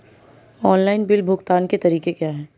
Online bill भुगतान के तरीके क्या हैं?